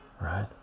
right